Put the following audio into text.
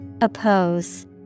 Oppose